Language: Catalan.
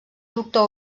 doctor